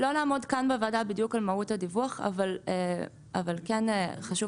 אנחנו לא נעמוד כאן בוועדה בדיוק על מהות הדיווח אבל כן חשוב